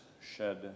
shed